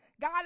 God